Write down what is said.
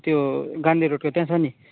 त्यो गान्धी रोडको त्यहाँ छ नि